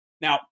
Now